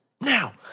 Now